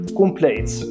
compleet